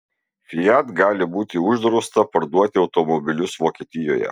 fiat gali būti uždrausta parduoti automobilius vokietijoje